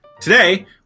Today